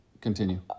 Continue